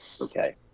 Okay